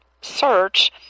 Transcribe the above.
search –